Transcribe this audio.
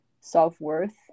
self-worth